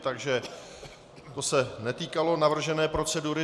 Takže to se netýkalo navržené procedury.